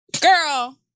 Girl